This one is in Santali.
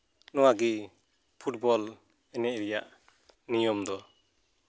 ᱱᱚᱣᱟ ᱜᱮ ᱯᱷᱩᱴᱵᱚᱞ ᱮᱱᱮᱡ ᱨᱮᱭᱟᱜ ᱱᱤᱭᱚᱢ ᱫᱚ